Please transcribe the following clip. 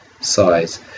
size